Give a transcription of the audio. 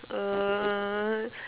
err